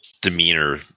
demeanor